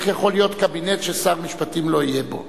איך יכול להיות קבינט ששר משפטים לא יהיה בו?